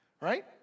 Right